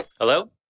Hello